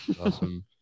Awesome